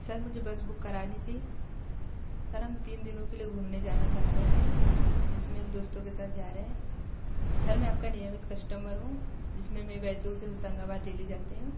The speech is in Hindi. सर मुझे बस बुक करानी थी सर हम तीन दिनों के लिए घूमने जाना चाह रहे थे जिसमें हम दोस्तों के साथ जा रहें हैं सर मैं आपका नियमित कश्टमर हूँ जिसमें मैं बैतुल से होशंगाबाद डेली जाती हूँ